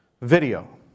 video